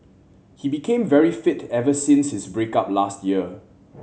he became very fit ever since his break up last year